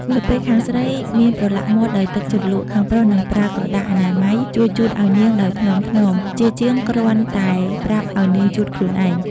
នៅពេលខាងស្រីមានប្រឡាក់មាត់ដោយទឹកជ្រលក់ ខាងប្រុសនឹងប្រើក្រដាសអនាម័យជួយជូតឱ្យនាងដោយថ្នមៗ ជាជាងគ្រាន់តែប្រាប់ឱ្យនាងជូតខ្លួនឯង។